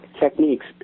techniques